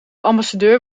ambassadeur